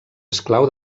esclau